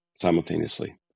simultaneously